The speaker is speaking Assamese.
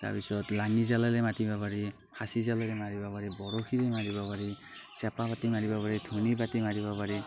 তাৰ পিছত লাঙি জালেৰে মাতিব পাৰি ফাঁচী জালেৰে মাৰিব পাৰি বৰশীৰে মাৰিব পাৰি চেপা পাতি মাৰিব পাৰি ধনি পাতি মাৰিব পাৰি